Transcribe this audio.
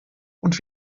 und